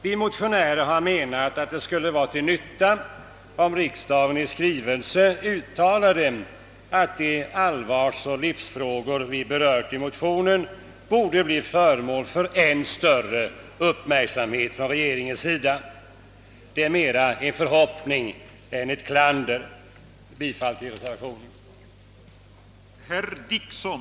Vi motionärer har menat att det skulle vara till nytta om riksdagen i skrivelse uttalade att de allvarsoch livsfrågor vi berört i motionen borde bli föremål för än större uppmärksamhet från regeringens sida. Det är mera en förhoppning än ett klander. Jag yrkar bifall till reservationen.